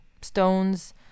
stones